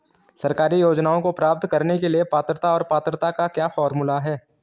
सरकारी योजनाओं को प्राप्त करने के लिए पात्रता और पात्रता का क्या फार्मूला है?